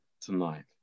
tonight